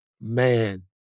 man